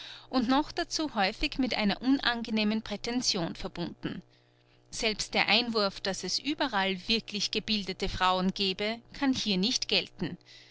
und noch dazu häufig mit einer unangenehmen prätension verbunden selbst der einwurf daß es überall wirklich gebildete frauen gäbe kann hier nicht gelten